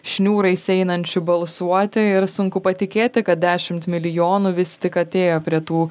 šniūrais einančių balsuoti ir sunku patikėti kad dešimt milijonų vis tik atėjo prie tų